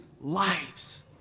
lives